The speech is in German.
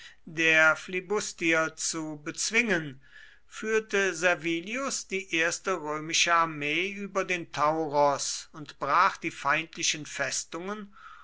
der flibustier zu bezwingen führte servilius die erste römische armee über den tauros und brach die feindlichen festungen